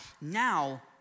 now